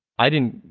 i didn't,